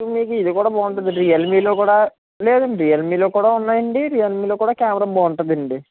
మీకు ఇది కూడా బావుంటది రియల్ మీ లో కూడా లేదండి రియల్ మీ మీ లో కూడా ఉన్నాయండి రియల్ మీ లో కూడా కెమెరా బాగుంటదండి